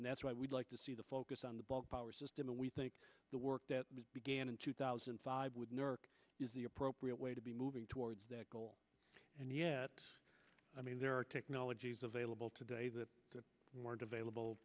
and that's why we'd like to see the focus on the bulk power system and we think the work that began in two thousand and five with nerk is the appropriate way to be moving towards that goal and yet i mean there are technologies available today that weren't available